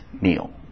meal